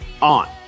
on